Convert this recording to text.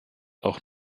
auch